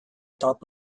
top